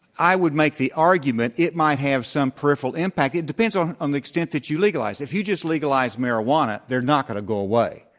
i would make the argument it might have some peripheral impact, it depends on um the extent that you legalize, if you just legalize marijuana, they're not going to go away.